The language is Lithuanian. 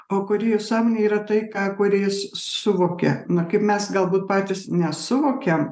o kūrėjo sąmonė yra tai ką kurėjas suvokia na kaip mes galbūt patys nesuvokiam